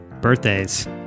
birthdays